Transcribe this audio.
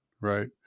right